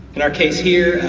in our case here,